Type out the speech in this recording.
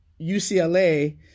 UCLA